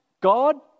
God